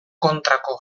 kontrako